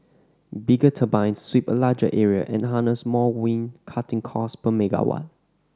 bigger turbines sweep a larger area and harness more wind cutting costs per megawatt